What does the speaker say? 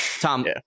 Tom